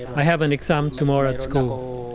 i have an exam tomorrow at school.